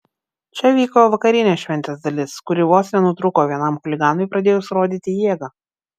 čia vyko vakarinė šventės dalis kuri vos nenutrūko vienam chuliganui pradėjus rodyti jėgą